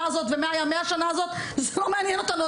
הזאת ומה היה מהשנה הזאת זה לא מעניין אותנו,